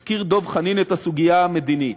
הזכיר דב חנין את הסוגיה המדינית.